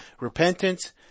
repentance